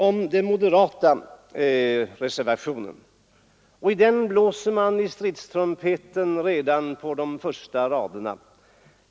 I den moderata reservationen blåser man i stridstrumpeten redan på de första raderna.